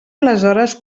aleshores